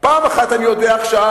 כבר אמרתי זאת מעל הדוכן.